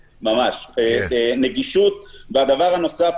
נגישות והדבר הנוסף